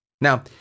Now